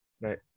Right